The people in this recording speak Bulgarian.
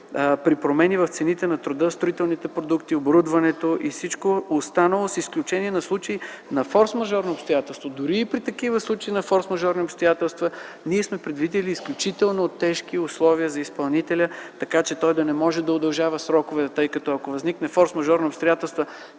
при промени в цените на труда, строителните продукти, оборудването и всичко останало, с изключение на случаи на форсмажорни обстоятелства. Дори и при такива случаи, на форсмажорни обстоятелства, ние сме предвидили изключително тежки условия за изпълнителя, така че той да не може да удължава срокове. Ако възникне форсмажорно обстоятелство